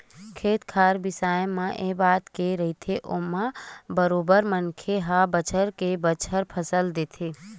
खेत खार बिसाए मए बात के रहिथे ओमा बरोबर मनखे ह बछर के बछर फसल लेथे